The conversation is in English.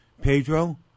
Pedro